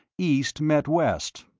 east met west,